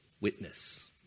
witness